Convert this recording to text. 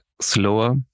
slower